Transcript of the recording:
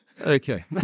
Okay